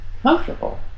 comfortable